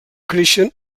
creixen